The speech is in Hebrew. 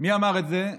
שמענו פעם כזה דבר?